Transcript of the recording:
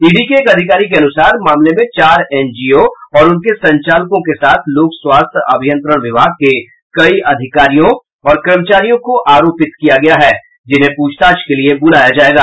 ED के एक अधिकारी के अनुसार मामले में चार एनजीओ और उनके संचालकों के साथ लोक स्वास्थ्य अभियंत्रण विभाग के कई अधिकारियों और कर्मचारियों को आरोपित किया गया है जिन्हें पूछताछ के लिये बुलाया जायेगा